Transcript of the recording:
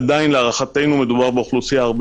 עדיין להערכתנו מדובר באוכלוסייה הרבה